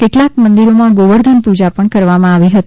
કેટલાંક મંદિરોમાં ગૌવર્ધન પૂજા પણ કરવામાં આવી હતી